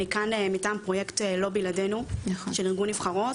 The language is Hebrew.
אני כאן מטעם פרויקט "לא בלעדינו" של ארגון "נבחרות".